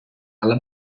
alla